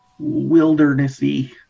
wildernessy